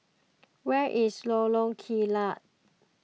where is Lorong Kilat